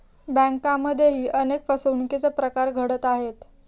बँकांमध्येही अनेक फसवणुकीचे प्रकार घडत आहेत